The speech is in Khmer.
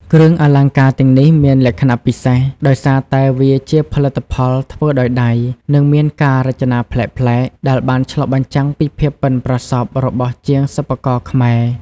គ្រឿងអលង្ការទាំងនេះមានលក្ខណៈពិសេសដោយសារតែវាជាផលិតផលធ្វើដោយដៃ និងមានការរចនាប្លែកៗ ដែលបានឆ្លុះបញ្ចាំងពីភាពប៉ិនប្រសប់របស់ជាងសិប្បករខ្មែរ។